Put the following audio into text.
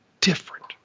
different